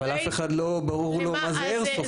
אבל לאף אחד לא ברור מה זה איירסופט.